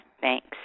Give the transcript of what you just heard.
thanks